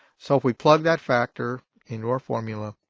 so if we plug that factor into our formula